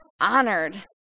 honored